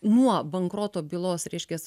nuo bankroto bylos reiškias